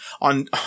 on